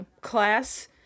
class